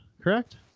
Correct